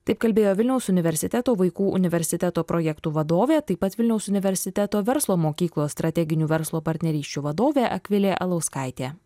taip kalbėjo vilniaus universiteto vaikų universiteto projektų vadovė taip pat vilniaus universiteto verslo mokyklos strateginių verslo partnerysčių vadovė akvilė alauskaitė